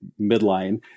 midline